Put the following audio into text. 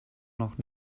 noch